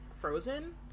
frozen